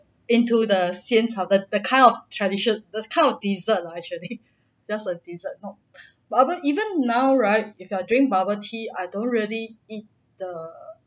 into the 仙草 the the kind of tradition the kind of dessert lah actually just a dessert not whatever even now right if I drink bubble tea I don't really eat the